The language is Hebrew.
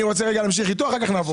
אני רוצה רגע להמשיך איתו אחר כך נעבור,